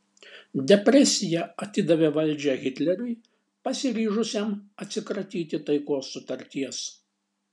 depresija atidavė valdžią hitleriui pasiryžusiam atsikratyti taikos sutarties